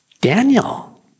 Daniel